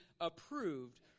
approved